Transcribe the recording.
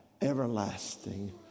everlasting